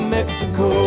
Mexico